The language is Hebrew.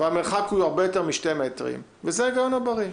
והמרחק הוא הרבה יותר מ-2 מטרים וזה ההיגיון הבריא.